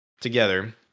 together